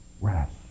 rest